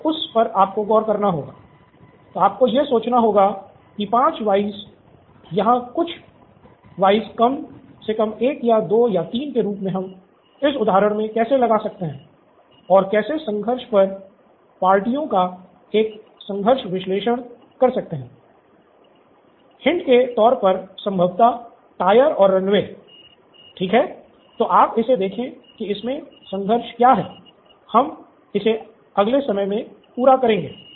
तो आप इसे देखे की इसमे संघर्ष क्या है हम इसे अगले समय में पूरा करेंगे